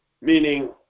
Meaning